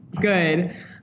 Good